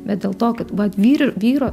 bet dėl to kad vat vyr vyro